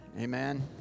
Amen